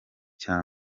cya